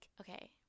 okay